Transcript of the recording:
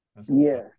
Yes